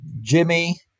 Jimmy